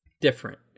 different